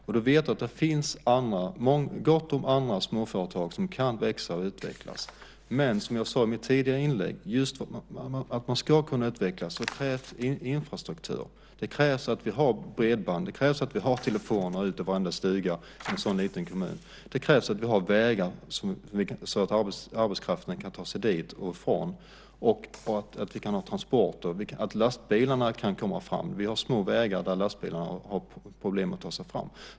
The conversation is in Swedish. Vi vet att det finns gott om småföretag som kan växa och utvecklas, men, som jag sade i mitt tidigare inlägg, för att man ska kunna utvecklas krävs infrastruktur. Det krävs att vi har bredband. Det krävs att vi har telefon i varenda stuga i en sådan liten kommun. Det krävs att vi har vägar så att arbetskraften kan ta sig dit och därifrån och att vi kan ha transporter, att lastbilarna kan komma fram. Vi har små vägar där lastbilarna har problem att ta sig fram.